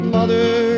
Mother